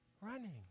Running